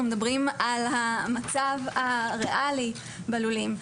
אנחנו מדברים על המצב הריאלי בלולים.